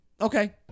Okay